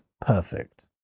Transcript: perfect